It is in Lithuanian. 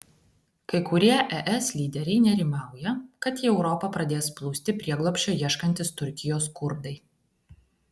kai kurie es lyderiai nerimauja kad į europą pradės plūsti prieglobsčio ieškantys turkijos kurdai